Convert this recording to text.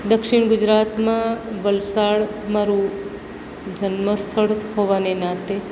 દક્ષિણ ગુજરાતમાં વલસાડ મારું જન્મ સ્થળ હોવાને નાતે